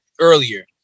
earlier